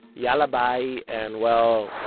yalla bye, and well,